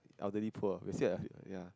elderly poor we're still at ya